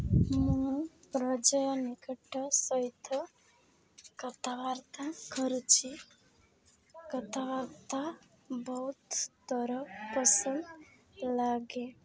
ମୁଁ ପର୍ଯ୍ୟଟକ ସହିତ କଥାବାର୍ତ୍ତା କରୁଛିି କଥାବାର୍ତ୍ତା ବହୁତ ଥର ପସନ୍ଦ ଲାଗେ